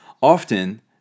Often